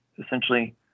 essentially